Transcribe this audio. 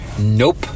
Nope